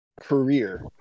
career